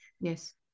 Yes